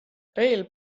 rail